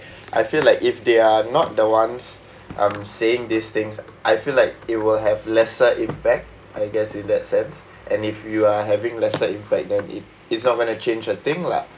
I feel like if they are not the ones um saying these things I feel like it will have lesser impact I guess in that sense and if you are having lesser impact then it it's not going to change a thing lah